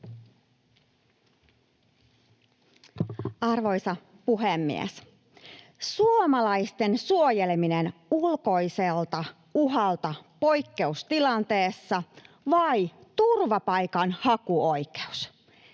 Arvoisa puhemies! Suomalaisten suojeleminen ulkoiselta uhalta poikkeustilanteessa vai turvapaikanhakuoikeus